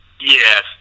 Yes